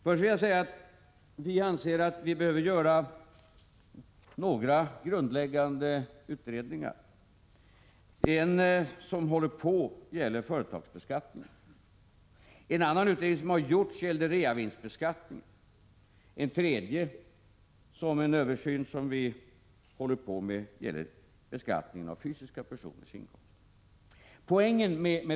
Först vill jag säga att vi anser att vi behöver göra några grundläggande utredningar. Utredningar pågår om företagsbeskattningen och beskattningen av fysiska personers inkomst. En utredning har gjorts om reavinstbeskattningen.